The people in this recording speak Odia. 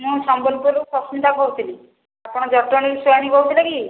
ମୁଁ ସମ୍ବଲପୁରରୁ ସସ୍ମିତା କହୁଥିଲି ଆପଣ ଜଟଣୀ ରୁ ସୁହାନି କହୁଥିଲେ କି